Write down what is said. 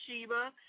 Sheba